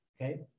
okay